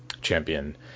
champion